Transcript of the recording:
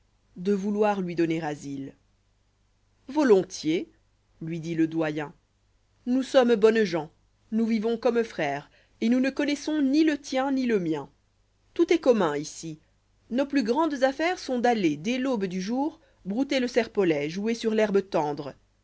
vouloir lui donner asile volontiers lui dît le doyen n'ius sommes bonnes gens nous vivons comme frères et nous ne connoissons ni le tien ni le mien tout est commun ici nos plus grandes affaires sont d'aller dès l'aube du jour brouter le serpolet jouer sur l'herbe tendre